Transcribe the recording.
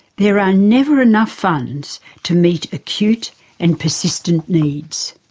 there are never enough funds to meet acute and persistent needs.